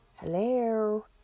Hello